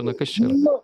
nu kas čia yra